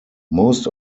most